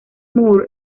moore